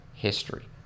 History